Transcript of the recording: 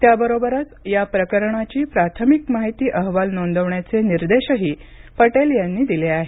त्याबरोबरच या प्रकरणी प्राथमिक माहिती अहवाल नोंदवण्याचे निर्देशही पटेल यांनी दिले आहेत